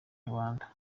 rubanda